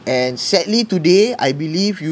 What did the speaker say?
and sadly today I believe you